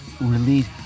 release